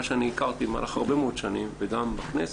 שאני הכרתי במהלך הרבה מאוד שנים וגם בכנסת,